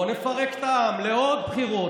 בואו נפרק את העם בעוד בחירות,